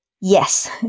Yes